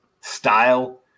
style